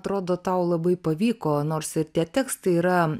atrodo tau labai pavyko nors tie tekstai yra